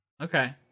Okay